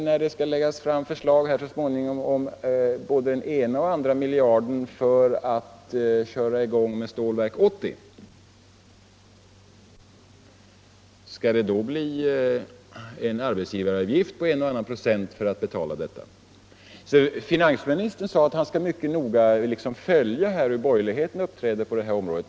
När det skall läggas fram förslag här så småningom om både den ena och andra miljarden för att köra i gång med Stålverk 80, skall det då bli en arbetsgivaravgift på en eller annan procent för att betala detta? Finansministern sade att han mycket noga skall följa hur borgerligheten uppträder på det här området.